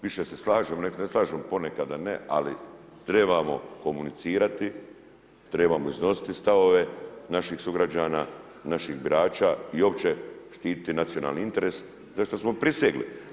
Više se slažemo nego ne slažemo, ponekada ne, ali trebamo komunicirati, trebamo iznositi stavove naših sugrađana, naših birača i uopće štititi nacionalni interes za što smo prisegli.